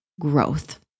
growth